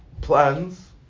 plans